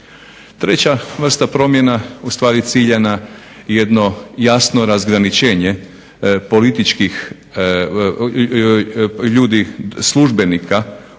Treća vrsta promjena ustvari cilja na jedno jasno razgraničenje političkih ljudi, službenika,